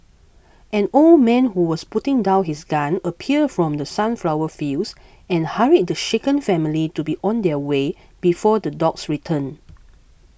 an old man who was putting down his gun appeared from the sunflower fields and hurried the shaken family to be on their way before the dogs return